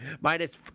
minus